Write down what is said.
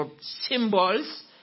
symbols